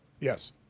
Yes